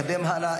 תתקדם הלאה.